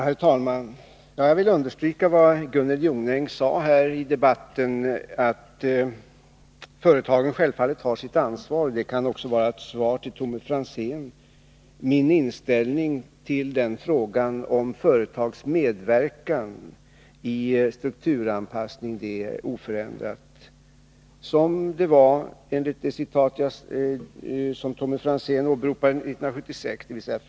Herr talman! Jag vill understryka vad Gunnel Jonäng sade i debatten, Om driften vid nämligen att företagen självfallet har ett ansvar. Detta kan också vara ettsvar I M Ericssons till Tommy Franzén. Min inställning när det gäller frågan om att försöka fabriker medverka till strukturanpassning är oförändrad och överenstämmer med min inställning 1976 från vilket år det åberopade citatet var hämtat.